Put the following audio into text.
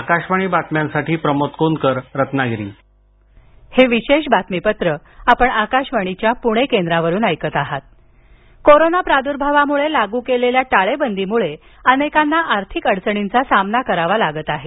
आकाशवाणी बातम्यांसाठी प्रमोद कोनकर रत्नागिरी स्वयंरोजगार बलडाणा कोरोना प्रादूर्भावामुळे लागू केलेल्या टाळेबंदीमुळे अनेकांना आर्थिक अडचणींचा सामना करावा लागत आहे